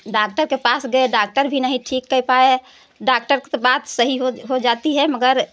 डागतर के पास गये डागतर भी नहीं ठीक कर पाये डाक्टर की बात सही हो जाती है मगर